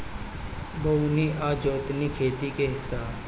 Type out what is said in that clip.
बोअनी आ जोतनी खेती के हिस्सा ह